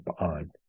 on